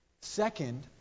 Second